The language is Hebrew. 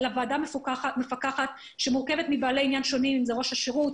אלא שתהיה ועדה מפקחת שמורכבת מבעלי עניין שונים ראש השירות,